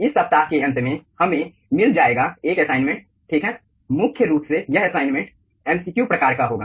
इस सप्ताह के अंत में हमें मिल जाएगा 1 असाइनमेंट ठीक है मुख्य रूप से यह असाइनमेंट MCQ प्रकार का होगा